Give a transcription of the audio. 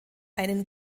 einen